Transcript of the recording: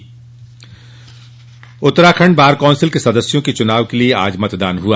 बार चुनाव Uttarakhand bar council के सदस्यों के चुनाव के लिए आज मतदान हुआ